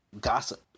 gossip